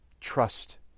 trust